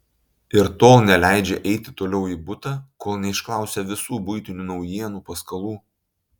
ir tol neleidžia eiti toliau į butą kol neišklausia visų buitinių naujienų paskalų